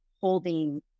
holding